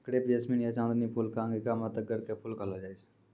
crepe jasmine या चांदनी फूल कॅ अंगिका मॅ तग्गड़ के फूल कहलो जाय छै